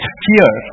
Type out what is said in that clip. fear